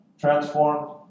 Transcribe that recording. transformed